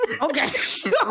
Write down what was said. Okay